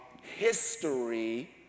history